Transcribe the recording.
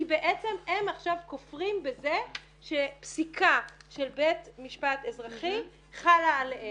כי בעצם הם עכשיו כופרים בזה שפסיקה של בית משפט אזרחי חלה עליהם.